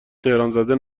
تهرانزده